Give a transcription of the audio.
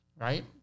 right